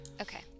okay